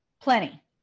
Plenty